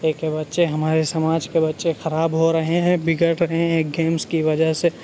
کے بچے ہمارے سماج کے بچے خراب ہو رہے ہیں بگڑ رہے ہیں گیمس کی وجہ سے